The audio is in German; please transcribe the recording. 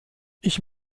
ich